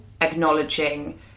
acknowledging